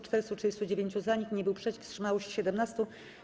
439 - za, nikt nie był przeciw, wstrzymało się 17.